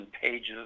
pages